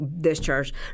discharged